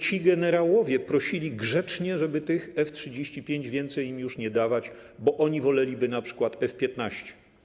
Ci generałowie prosili grzecznie, żeby tych F-35 więcej im już nie dawać, bo oni woleliby na przykład F-15.